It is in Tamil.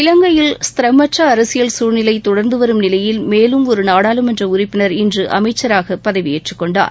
இலங்கையில் ஸ்திரமற்ற அரசியல் சசூழ்நிலை தொடர்ந்து வரும் நிலையில் மேலும் ஒரு நாடாளுமன்ற உறுப்பினர் இன்று அமைச்சராக பதவியேற்றுக்கொண்டார்